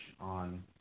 on